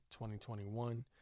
2021